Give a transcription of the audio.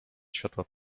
światła